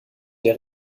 der